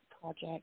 project